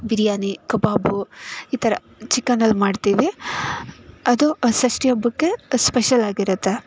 ಬಿರಿಯಾನಿ ಕಬಾಬು ಈ ಥರ ಚಿಕನ್ ಅಲ್ಲಿ ಮಾಡ್ತೀವಿ ಅದು ಆ ಷಷ್ಠಿ ಹಬ್ಬಕ್ಕೆ ಸ್ಪೆಷಲ್ ಆಗಿರುತ್ತೆ